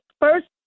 first